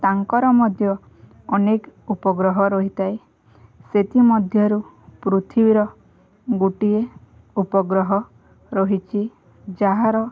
ତାଙ୍କର ମଧ୍ୟ ଅନେକ ଉପଗ୍ରହ ରହିଥାଏ ସେଥିମଧ୍ୟରୁ ପୃଥିବୀର ଗୋଟିଏ ଉପଗ୍ରହ ରହିଛି ଯାହାର